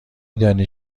دانی